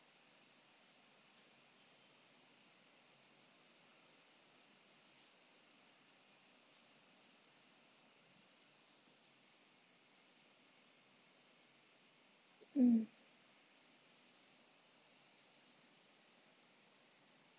um